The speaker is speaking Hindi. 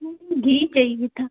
हमें घी चाहिए था